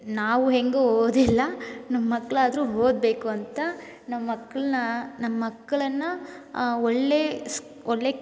ನಾವು ಹೇಗೋ ಓದಿಲ್ಲ ನಮ್ಮ ಮಕ್ಕಳಾದ್ರೂ ಓದಬೇಕು ಅಂತ ನಮ್ಮ ಮಕ್ಳನ್ನು ನಮ್ಮ ಮಕ್ಕಳನ್ನು ಒಳ್ಳೆಯ ಸ್ಕ್ ಒಳ್ಳೆಯ